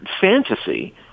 fantasy